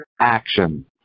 action